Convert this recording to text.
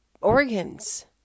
organs